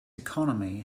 economy